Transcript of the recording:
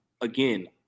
again